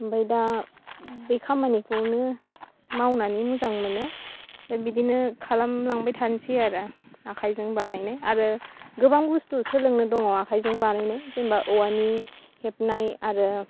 ओमफाय दा बे खामानिखौनो मावनानै मोजां मोनो ओमफाय बिदिनो खालामलांबाय थानोसै आरो आखायजों बानायनाय आरो गोबां बुस्थु सोलोंनो दङ आखायजों बानायनाय जेनेबा औवानि हेबनाय आरो